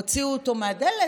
הוציאו אותו מהדלת,